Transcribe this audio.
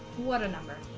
what a number